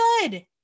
good